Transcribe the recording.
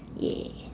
yeah